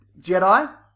Jedi